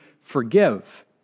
forgive